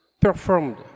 performed